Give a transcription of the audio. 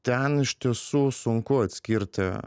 ten iš tiesų sunku atskirti